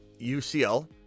UCL